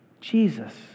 Jesus